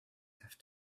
have